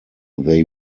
they